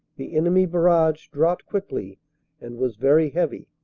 the enemy barrage dropped quickly and was very heavy,